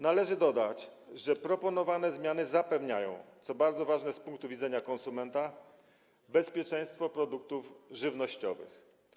Należy dodać, że proponowane zmiany zapewniają, co bardzo ważne z punktu widzenia konsumenta, bezpieczeństwo produktów żywnościowych.